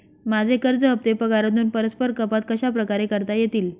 माझे कर्ज हफ्ते पगारातून परस्पर कपात कशाप्रकारे करता येतील?